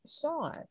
sean